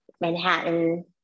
Manhattan